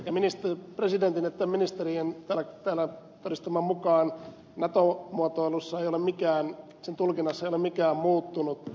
sekä presidentin että ministerien täällä todistaman mukaan nato muotoilun tulkinnassa ei ole mikään muuttunut